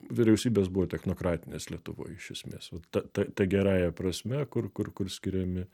vyriausybės buvo technokratinės lietuvoj iš esmės vat ta ta ta gerąja prasme kur kur kur skiriami